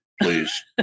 please